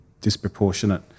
disproportionate